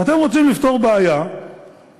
ואתם רוצים לפתור בעיה אחת,